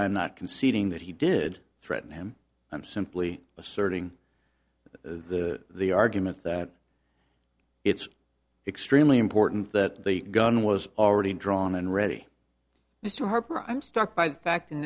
i'm not conceding that he did threaten him i'm simply asserting the the argument that it's extremely important that the gun was already drawn and ready mr harper i'm struck by the fact in